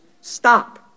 stop